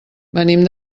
venim